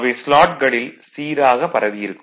அவை ஸ்லாட்களில் சீராகப் பரவி இருக்கும்